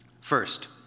First